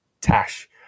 Tash